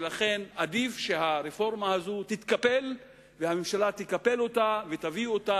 ולכן עדיף שהרפורמה הזו תתקפל והממשלה תקפל אותה ותביא אותה